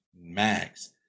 Max